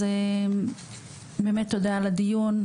אז באמת תודה על הדיון,